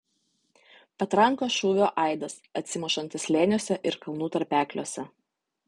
patrankos šūvio aidas atsimušantis slėniuose ir kalnų tarpekliuose